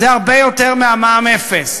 זה הרבה יותר מהמע"מ אפס,